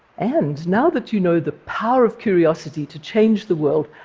and now that you know the power of curiosity to change the world,